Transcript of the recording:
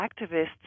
activists